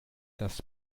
dass